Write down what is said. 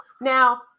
Now